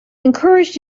encouraged